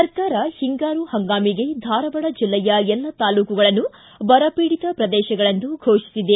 ಸರ್ಕಾರ ಹಿಂಗಾರು ಹಂಗಾಮಿಗೆ ಧಾರವಾಡ ಬೆಲ್ಲೆಯ ಎಲ್ಲ ತಾಲೂಕುಗಳನ್ನು ಬರಪೀಡಿತ ಪ್ರದೇಶಗಳೆಂದು ಫೋಷಿಸಿದೆ